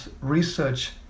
research